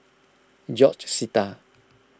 George Sita